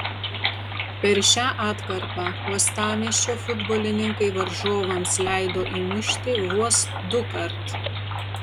per šią atkarpą uostamiesčio futbolininkai varžovams leido įmušti vos dukart